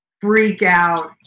freak-out